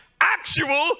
actual